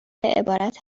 عبارت